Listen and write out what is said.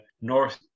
north